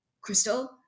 Crystal